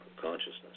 consciousness